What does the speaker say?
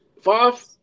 Five